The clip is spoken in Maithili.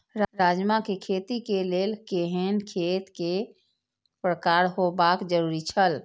राजमा के खेती के लेल केहेन खेत केय प्रकार होबाक जरुरी छल?